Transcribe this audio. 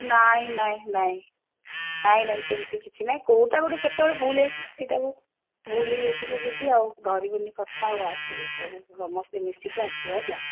ନାହିଁ ନାହିଁ ନାହିଁ ନାହିଁ ନାହିଁ ସେମିତି କିଛି ନାହିଁ କେଉଁଟା ଗୋଟେ କେତେବେଳେ ଭୁଲ୍ ହେଇଥିବ ସେଇଟାକୁ ଭୁଲ୍ ହେଇଯାଇଥିବ ଯଦି ଆଉ ଧରିବୁନି କଥା ଆଉ ଆସିବୁ ସବୁ ସବୁ ସମସ୍ତେ ମିଶିକି ଆସିବ ହେଲା